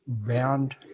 round